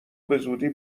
بزودی